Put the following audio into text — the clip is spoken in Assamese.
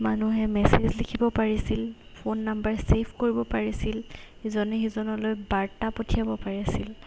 মানুহে মেছেজ লিখিব পাৰিছিল ফোন নাম্বাৰ ছেভ কৰিব পাৰিছিল ইজনে সিজনলৈ বাৰ্তা পঠিয়াব পাৰিছিল